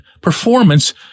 performance